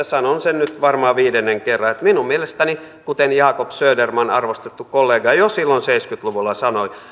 sanon sen nyt varmaan viidennen kerran minun mielestäni kuten jacob söderman arvostettu kollega jo silloin seitsemänkymmentä luvulla sanoi